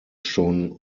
schon